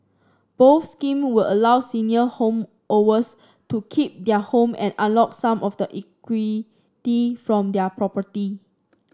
both scheme would allow senior to keep their home and unlock some of the equity from their property